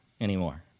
anymore